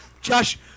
Josh